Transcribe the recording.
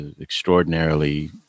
extraordinarily